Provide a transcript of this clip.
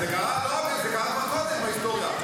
לא רק בזה, זה קרה כבר קודם בהיסטוריה.